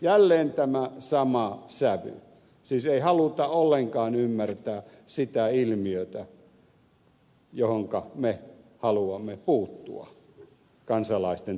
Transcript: jälleen tämä sama sävy siis ei haluta ollenkaan ymmärtää sitä ilmiötä johonka me haluamme puuttua kansalaisten turvallisuuden kannalta